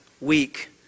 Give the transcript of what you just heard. week